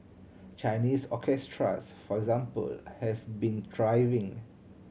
Chinese orchestras for example have been thriving